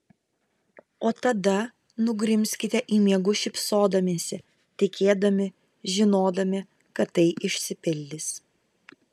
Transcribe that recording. o tada nugrimzkite į miegus šypsodamiesi tikėdami žinodami kad tai išsipildys